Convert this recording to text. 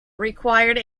required